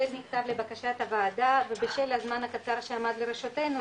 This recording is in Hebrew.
לבקשת הוועדה ובשל הזמן הקצר שעמד לרשותנו,